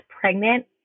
pregnant